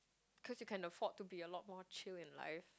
cause you can afford to be a lot more chill in life